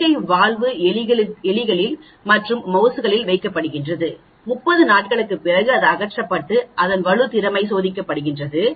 செயற்கை வால்வு எலிகளில் மற்றும் மவுஸ் களில் வைக்கப்பட்டுள்ளது 30 நாட்களுக்கு பிறகு அது அகற்றப்பட்டு அதன் வலு திறமை சோதிக்கப்படுகிறது